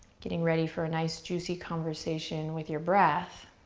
getting ready for a nice, juicy conversation with your breath,